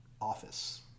office